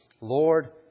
Lord